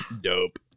Dope